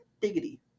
diggity